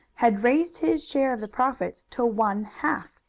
had raised his share of the profits to one-half.